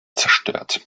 zerstört